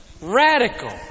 radical